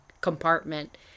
compartment